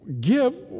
Give